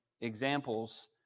examples